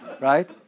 Right